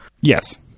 Yes